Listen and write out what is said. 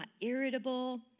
irritable